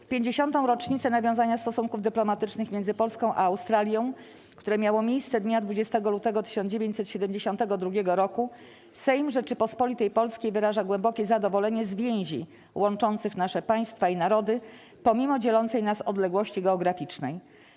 W 50. rocznicę nawiązania stosunków dyplomatycznych między Polską a Australią, które miało miejsce dnia 20 lutego 1972 roku, Sejm Rzeczypospolitej Polskiej wyraża głębokie zadowolenie z więzi łączących nasze państwa i narody pomimo dzielącej nas odległości geograficznej.